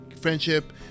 friendship